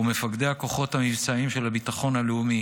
ומפקדי הכוחות המבצעיים של הביטחון הלאומי